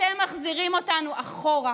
אתם מחזירים אותנו אחורה